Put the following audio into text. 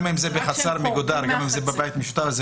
גם אם זה בבית משותף וגם אם זה בחצר מגודרת,